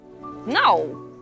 No